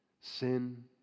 sin